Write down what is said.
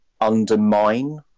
undermine